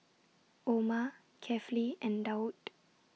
Omar Kefli and Daud